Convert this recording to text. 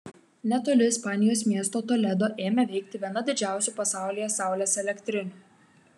netoli ispanijos miesto toledo ėmė veikti viena didžiausių pasaulyje saulės elektrinių